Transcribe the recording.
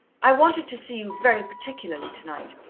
i wanted to see you very particularly tonight.